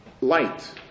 light